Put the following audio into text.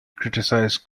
criticized